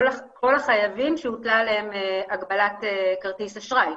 כל החייבים שהוטלה עליהם הגבלת כרטיס אשראי.